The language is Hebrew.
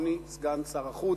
אדוני סגן שר החוץ,